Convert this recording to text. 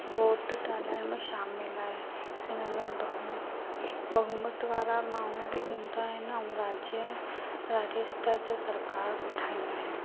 vote टालाइण में शामिल आहे हिन में बहु बहुमत वारा माण्हूं बि हूंदा आहिनि ऐं राज्य राज्यस्तर ते सरकार ठाहींदा आहिनि